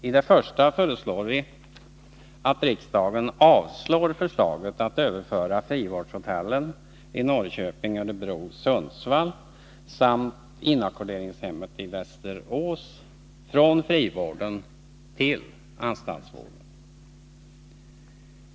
I det första föreslår vi att riksdagen avslår förslaget att överföra frivårdshotellen i Norrköping, Örebro och Sundsvall samt inackorderingshemmet i Västerås från frivården till anstaltsvården.